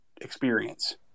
experience